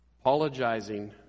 apologizing